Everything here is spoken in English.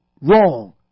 wrong